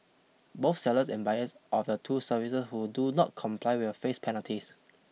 both sellers and buyers of the two services who do not comply will face penalties